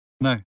No